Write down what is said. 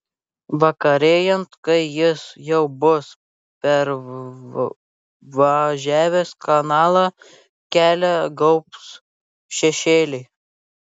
vakarėjant kai jis jau bus pervažiavęs kanalą kelią gaubs šešėliai